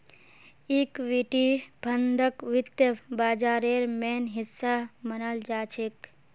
equity फंडक वित्त बाजारेर मेन हिस्सा मनाल जाछेक